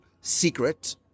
secret